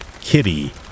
Kitty